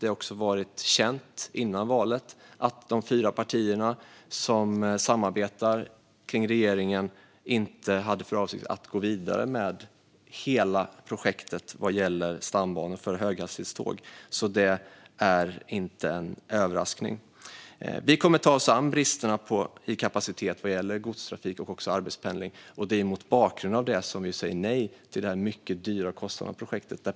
Det har också varit känt innan valet att de fyra partierna som samarbetar om regeringen inte hade för avsikt att gå vidare med hela projektet vad gäller stambanor för höghastighetståg, så det är inte en överraskning. Vi kommer att ta oss an bristerna i kapacitet vad gäller godstrafik och även arbetspendling. Det är mot bakgrund av detta som vi säger nej till den mycket höga kostnaden för projektet.